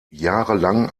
jahrelang